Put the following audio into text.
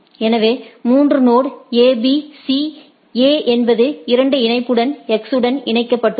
எனவே மூன்று நொடு A B C A என்பது 2 இணைப்புடன் X உடன் இணைக்கப்பட்டுள்ளது